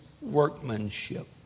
workmanship